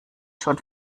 schon